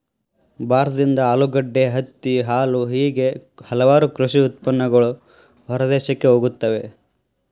ಭಾರತದಿಂದ ಆಲೂಗಡ್ಡೆ, ಹತ್ತಿ, ಹಾಲು ಹೇಗೆ ಹಲವಾರು ಕೃಷಿ ಉತ್ಪನ್ನಗಳು ಹೊರದೇಶಕ್ಕೆ ಹೋಗುತ್ತವೆ